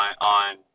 on